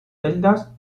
celdas